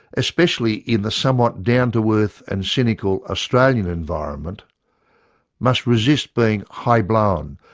especially in the somewhat down-to-earth and cynical australian environment must resist being high blown,